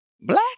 Black